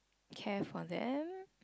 care for them